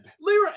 Lyra